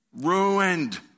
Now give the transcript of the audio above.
Ruined